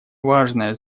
важное